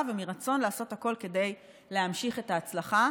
ומרצון לעשות הכול כדי להמשיך את ההצלחה.